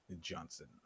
Johnson